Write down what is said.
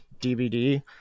dvd